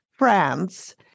France